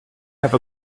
have